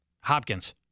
Hopkins